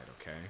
okay